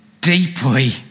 deeply